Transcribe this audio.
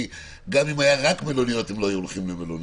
כי גם אם היו רק מלוניות הם לא היו הולכים למלונית,